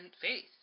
faith